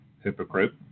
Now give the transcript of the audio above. hypocrite